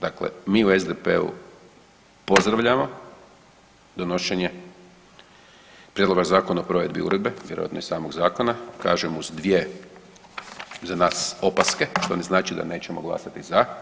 Dakle, mi u SDP-u pozdravljamo donošenje prijedloga zakona o provedbi uredbe vjerojatno i samog zakona, kažem uz dvije za nas opaske što ne znači da nećemo glasati za.